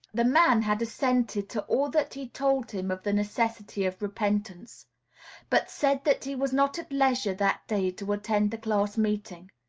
the man had assented to all that he told him of the necessity of repentance but said that he was not at leisure that day to attend the class meeting.